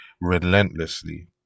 Relentlessly